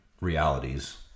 realities